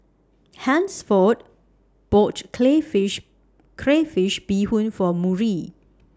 Hansford boughts Crayfish Crayfish Beehoon For Murry